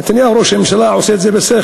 נתניהו, ראש הממשלה, עושה את זה בשכל.